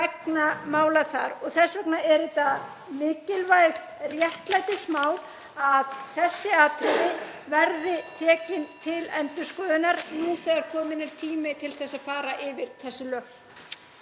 Þess vegna er mikilvægt réttlætismál að þessi atriði verði tekin til endurskoðunar nú þegar kominn er tími til að fara yfir þessi lög.